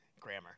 Grammar